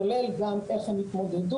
כולל גם איך הם התמודדו,